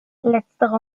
letztere